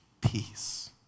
peace